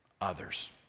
Others